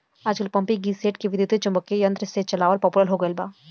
आजकल पम्पींगसेट के विद्युत्चुम्बकत्व यंत्र से चलावल पॉपुलर हो गईल बा